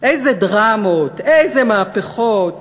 איזה דרמות, איזה מהפכות.